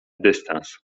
dystans